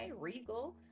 Regal